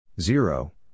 Zero